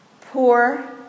poor